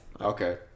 Okay